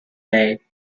bay